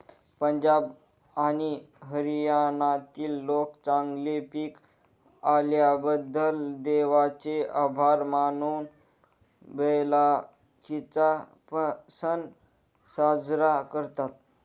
पंजाब आणि हरियाणातील लोक चांगले पीक आल्याबद्दल देवाचे आभार मानून बैसाखीचा सण साजरा करतात